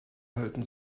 halten